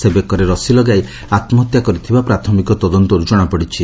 ସେ ବେକରେ ରଶି ଲଗାଇ ଆତ୍କହତ୍ୟା କରିଥିବା ପ୍ରାଥମିକ ତଦନ୍ତରୁ ଜଣାପଡ଼ିଛି